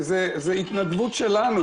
זו התנדבות שלנו.